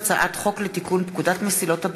הצעת חוק נכי רדיפות הנאצים (תיקון,